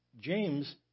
James